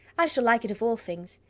i shall like it of all things.